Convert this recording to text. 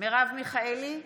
מרב מיכאלי,